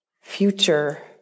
Future